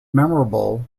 memorable